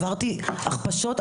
עברתי הכפשות,